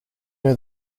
that